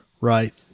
right